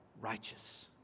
righteous